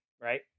right